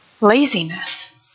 laziness